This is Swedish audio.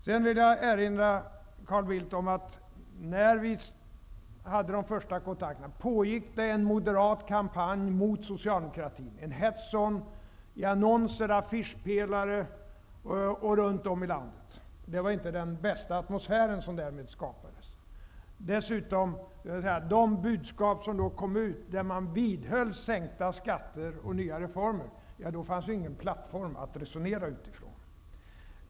Jag vill erinra Carl Bildt om att när vi hade de första kontakterna pågick en moderat kampanj mot socialdemokratin i annonser och på affischpelare runt om i landet. Det var inte den bästa atmosfären som därmed skapades. De budskap som gick ut vidhöll sänkta skatter och nya reformer. Då fanns det ingen plattform att ha som utgångspunkt i resonemangen.